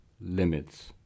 limits